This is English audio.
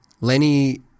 Lenny